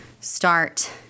start